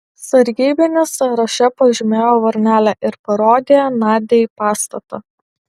sargybinis sąraše pažymėjo varnelę ir parodė nadiai pastatą